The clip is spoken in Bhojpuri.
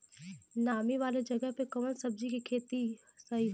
नामी वाले जगह पे कवन सब्जी के खेती सही होई?